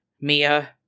Mia